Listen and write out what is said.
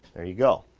there you go.